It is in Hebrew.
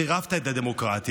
חירבת את הדמוקרטיה,